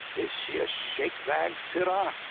is she a shake-bag, sirrah?